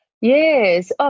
Yes